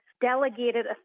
delegated